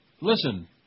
Listen